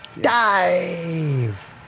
Dive